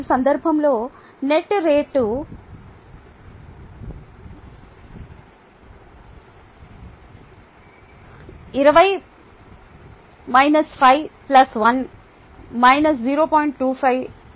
ఈ సందర్భంలో net rate rnet rin - rout rgen - rconsump 20 - 5 1 - 0